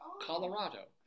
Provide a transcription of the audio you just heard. Colorado